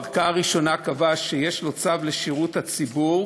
ערכאה ראשונה קבעה שיש לו צו לשירות הציבור